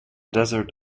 desert